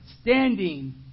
standing